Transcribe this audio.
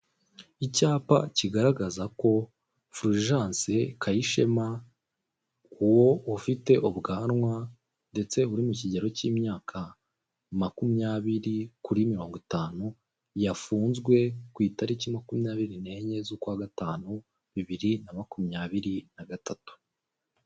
Icyapa kigaragaza ko Fulgence Kayishema ku wo ufite ubwanwa ndetse uri mu kigero cy'imyaka makumyabiri kuri mirongo itanu yafunzwe ku itariki makumyabiri n'enye z'ukwa gatanu bibiri na makumyabiri na gatatu.